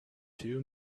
two